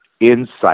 insight